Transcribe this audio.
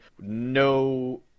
No